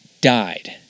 died